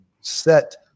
set